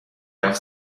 off